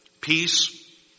peace